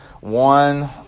One